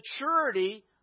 maturity